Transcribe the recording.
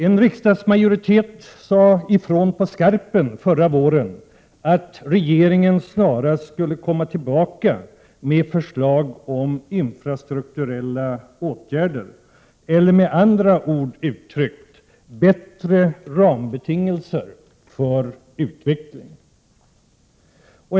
En riksdagsmajoritet sade ifrån på skarpen förra våren. Man sade då att regeringen snarast skulle komma tillbaka med förslag till infrastrukturella åtgärder. Med andra ord: bättre rambetingelser för utvecklingen.